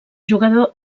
jugador